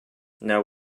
now